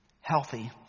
Healthy